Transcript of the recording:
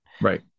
right